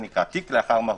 תיק לאחר מהו"ת.